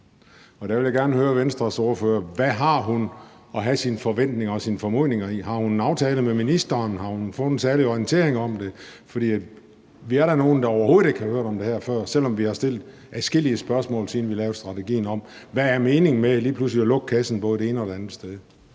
om. Der vil jeg gerne høre Venstres ordfører, hvad hun har sine forventninger og sine formodninger i. Har hun en aftale med ministeren? Har hun fået en særlig orientering om det? For vi er da nogle, der overhovedet ikke har hørt om det her før, selv om vi har stillet adskillige spørgsmål, siden vi lavede strategien om. Hvad er meningen med lige pludselig at lukke kassen både det ene og det andet sted?